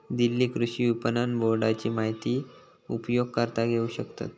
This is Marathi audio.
दिल्ली कृषि विपणन बोर्डाची माहिती उपयोगकर्ता घेऊ शकतत